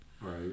Right